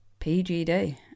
PGD